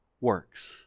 works